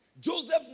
Joseph